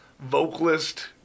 vocalist